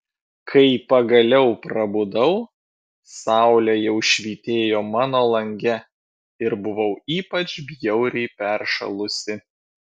kai pagaliau prabudau saulė jau švytėjo mano lange ir buvau ypač bjauriai peršalusi